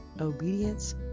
obedience